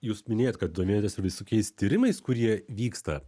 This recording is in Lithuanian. jūs minėjot kad domėjotės visokiais tyrimais kurie vyksta